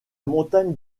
montagne